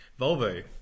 Volvo